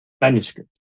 manuscript